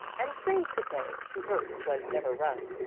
and, strange to say, to earth was never run.